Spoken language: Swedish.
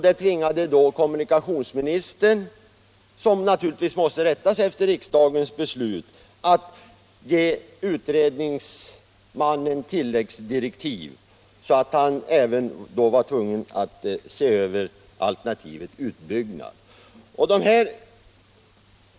Det tvingade kommunikationsministern, som naturligtvis måste rätta sig efter riksdagens beslut, att ge utredningsmannen tilläggsdirektiv om att han också skulle se över alternativet utbyggnad.